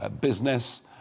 business